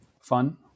fun